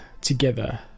together